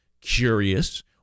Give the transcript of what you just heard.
curious